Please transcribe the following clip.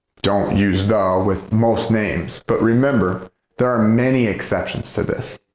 don't use the with most names but remember there are many exceptions to this.